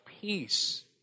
peace